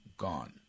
Gone